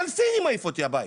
פועל סיני מעיף אותי הבית